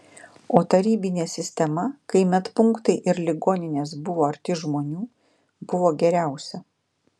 o tarybinė sistema kai medpunktai ir ligoninės buvo arti žmonių buvo geriausia